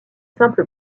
simple